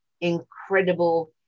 incredible